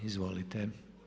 Izvolite.